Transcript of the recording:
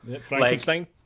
Frankenstein